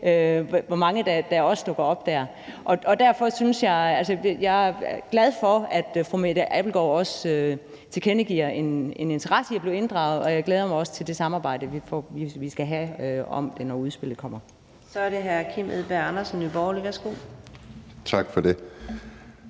hvor mange der dukkede op der. Jeg er glad for, at fru Mette Abildgaard også tilkendegiver en interesse i at blive inddraget, og jeg glæder mig også til det samarbejde, vi skal have om det, når udspillet kommer. Kl. 15:08 Fjerde næstformand (Karina Adsbøl): Så er det